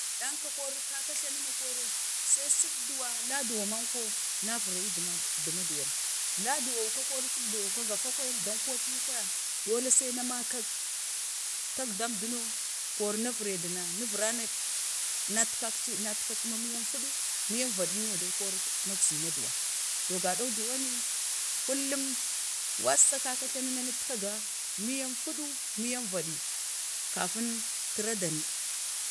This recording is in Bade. ɗanka kori kaka jlana na koro see subduwa, laduwa, manko na vira yi duma dumaduwan, laduwa ka subduwan ka gafa kwayan əmdan kotiyu, kwaya dole gai na makak takdam duno koro na vure da na, na vare duna na ne nat kakci, kuman miyan fudu, miyan vaɗi no dai kori nak zi maduwa, to gaɗeu dowani kullam wassa kaka glani nitkata miyan fudu, miyan vaɗi kafin tira dani